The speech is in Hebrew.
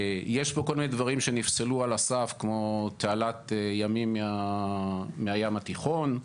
יש פה כל מיני דברים שנפסלו על הסף כמו תעלת ימים מהים התיכון,